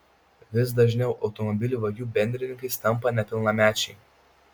vis dažniau automobilių vagių bendrininkais tampa nepilnamečiai